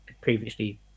previously